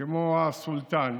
כמו הסולטן,